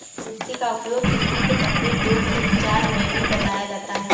कुर्थी का उपयोग किडनी के पथरी रोग के उपचार में भी बताया जाता है